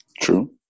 True